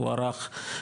הוארך,